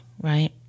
right